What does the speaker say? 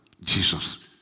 Jesus